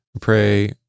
pray